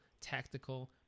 tactical